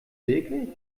wirklich